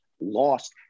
lost